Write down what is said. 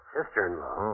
Sister-in-law